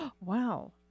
Wow